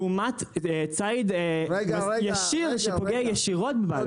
לעומת ציד ישיר שפוגע ישירות בבעלי חיים.